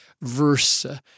versa